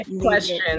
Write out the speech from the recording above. question